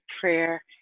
prayer